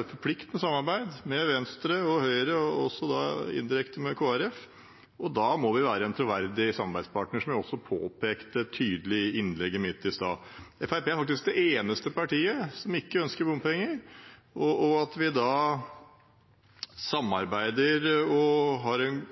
et forpliktende samarbeid med Venstre, Høyre og indirekte med Kristelig Folkeparti, og da må vi være en troverdig samarbeidspartner, som jeg også påpekte tydelig i mitt innlegg i sted. Fremskrittspartiet er faktisk det eneste partiet som ikke ønsker bompenger, og at vi da samarbeider og har en